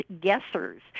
guessers